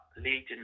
leading